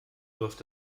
läuft